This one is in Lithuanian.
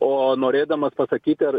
o norėdamas pasakyti ar